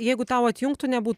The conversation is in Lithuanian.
jeigu tau atjungtų nebūtų